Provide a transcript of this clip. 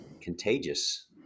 contagious